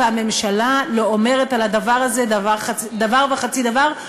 והממשלה לא אומרת על הדבר הזה דבר וחצי דבר,